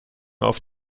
auf